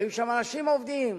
היו שם אנשים עובדים,